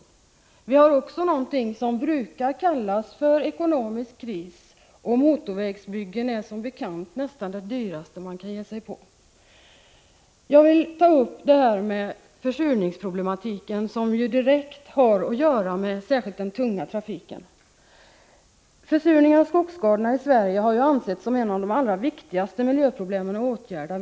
Vi befinner oss också i någonting som brukar kallas för ekonomisk kris, och motorvägsbyggen är som bekant nästan det dyraste man kan ge sig på. Jag vill ta upp problemet med försurningen, som ju direkt har att göra med särskilt den tunga trafiken. Försurningen och skogsskadorna i Sverige har ansetts som ett av de allra viktigaste miljöproblemen som behöver åtgärdas.